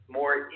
more